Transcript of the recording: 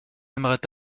aimeraient